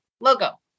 logo